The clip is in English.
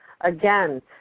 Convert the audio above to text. Again